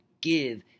give